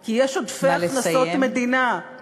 כי יש עודפי הכנסות מדינה, נא לסיים.